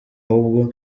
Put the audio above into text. ahubwo